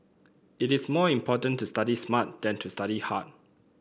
it is more important to study smart than to study hard